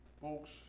folks